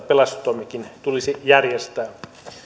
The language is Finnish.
pelastustoimikin tulisi järjestää